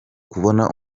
kubona